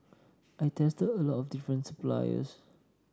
I tested a lot of different suppliers